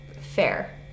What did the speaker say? fair